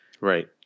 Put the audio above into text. Right